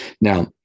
Now